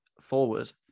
forward